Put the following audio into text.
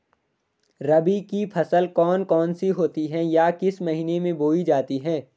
रबी की फसल कौन कौन सी होती हैं या किस महीने में बोई जाती हैं?